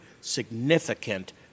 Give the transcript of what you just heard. significant